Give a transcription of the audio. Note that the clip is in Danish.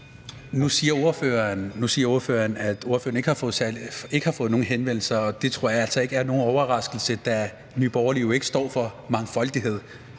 Nu siger ordføreren, at ordføreren ikke har fået nogen henvendelser, og det tror jeg altså ikke er nogen overraskelse, da Nye Borgerlige jo ikke står for mangfoldighed